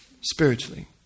Spiritually